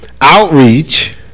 Outreach